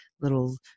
little